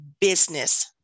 business